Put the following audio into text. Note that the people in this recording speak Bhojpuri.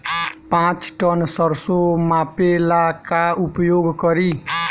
पाँच टन सरसो मापे ला का उपयोग करी?